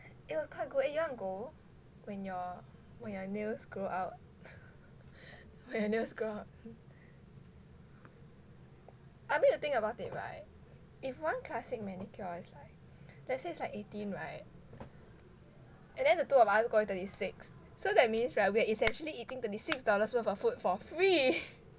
eh quite good leh you wanna go when your when your nails grow out when your nails grow out I mean you think about it [right] if one classic manicure is like let's say it's about eighteen [right] and then the two of us go twenty six so that means [right] we're essentially eating twenty six dollars worth of food for free